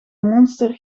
monster